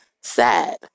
sad